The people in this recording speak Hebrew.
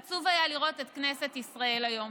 עצוב היה לראות את כנסת ישראל היום,